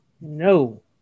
No